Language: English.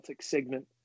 segment